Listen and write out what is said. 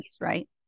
right